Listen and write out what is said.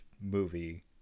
movie